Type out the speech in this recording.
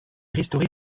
restaurée